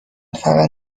فقط